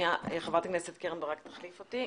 חברת הכנסת קרן ברק תחליף אותי.